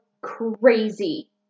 crazy